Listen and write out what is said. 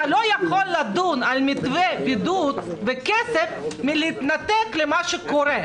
אתה לא יכול לדון במתווה בידוד וכסף ולהתנתק ממה שקורה,